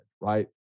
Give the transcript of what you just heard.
right